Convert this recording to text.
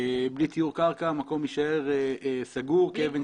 בלי טיהור קרקע המקום יישאר סגור כאבן שאין לה הופכין.